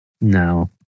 No